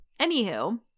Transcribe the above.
anywho